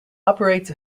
operates